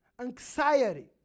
anxiety